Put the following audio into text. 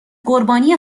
قربانی